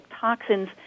toxins